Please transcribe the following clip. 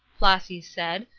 flossy said,